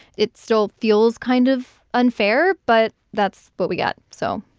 it still feels kind of unfair, but that's what we got. so,